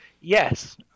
Yes